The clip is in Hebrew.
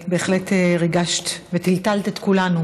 את בהחלט ריגשת וטלטלת את כולנו